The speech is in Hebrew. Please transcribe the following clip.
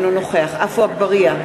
אינו נוכח עפו אגבאריה,